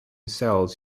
cells